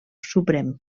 suprem